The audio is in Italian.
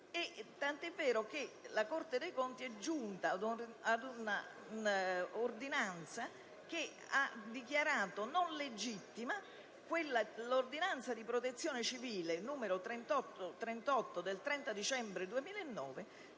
tant'è vero che la Corte dei conti è giunta ad una pronunzia che ha dichiarato non legittima l'ordinanza di Protezione civile n. 38 del 30 dicembre 2009,